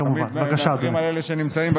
תמיד הילדים האלה שנמצאים,